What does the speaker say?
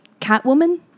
Catwoman